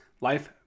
life